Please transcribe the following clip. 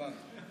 הבנתי.